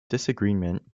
disagreement